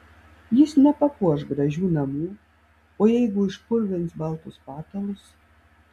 jis nepapuoš gražių namų o jeigu išpurvins baltus patalus